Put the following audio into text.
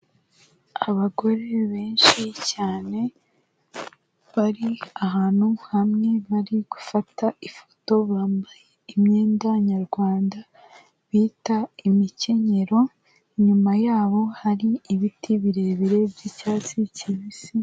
Abagore benshi cyane bari ahantu hamwe bari gufata ifoto bambaye imyenda nyarwanda bita imikenyero, inyuma yabo hari ibiti birebire by'icyatsi kibisi.